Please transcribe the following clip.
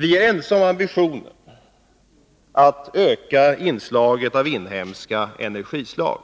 Vi är ense om ambitionen att öka inslaget av inhemska energislag.